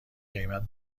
قیمت